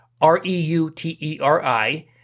R-E-U-T-E-R-I